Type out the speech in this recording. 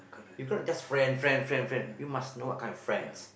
you cannot just friend friend friend friend you must know what kind of friends